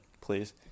please